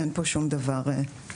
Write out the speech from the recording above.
אין פה שום דבר מהותי.